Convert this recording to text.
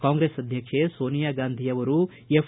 ಕಾಂಗ್ರೆಸ್ ಅಧ್ಯಕ್ಷೆ ಸೋನಿಯಾ ಗಾಂಧಿ ಅವರು ಎಫ್